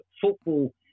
football